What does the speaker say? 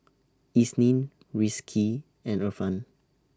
Isnin Rizqi and Irfan